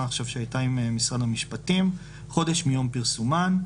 שהיתה עכשיו עם משרד המשפטים - חודש מיום פרסומן (להלן,